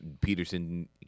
Peterson